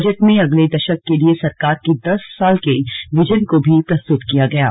budget में अगले दशक के लिए सरकार के दस साल के विजन को भी प्रस्तुत किया गया है